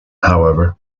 however